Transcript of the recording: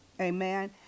Amen